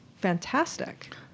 fantastic